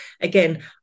Again